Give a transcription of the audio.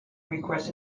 request